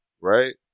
Right